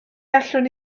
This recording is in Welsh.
allwn